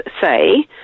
say